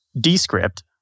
Descript